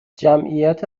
جمعیت